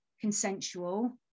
consensual